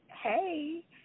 Hey